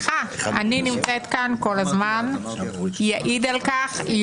אתה תלמד אחרת, ויש לקוות שזה יקרה ממש בקרוב.